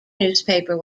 newspaper